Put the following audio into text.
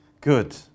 good